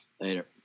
later